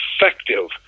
effective